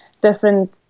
different